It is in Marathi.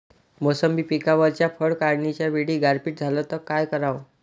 मोसंबी पिकावरच्या फळं काढनीच्या वेळी गारपीट झाली त काय कराव?